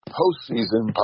postseason